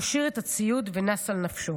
משאיר את כל הציוד שלו ונס על נפשו,